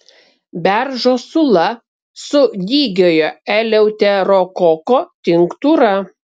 beržo sula su dygiojo eleuterokoko tinktūra